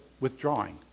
withdrawing